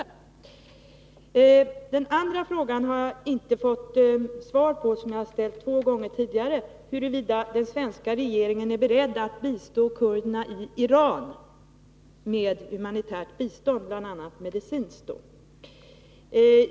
Om åtgärder för Den andra frågan, som jag har ställt två gånger tidigare, har jag inte fått — art stödja kurdiska svar på, nämligen huruvida den svenska regeringen är beredd att hjälpa kurderna i Iran med humanitärt bistånd, bl.a. medicinskt bistånd.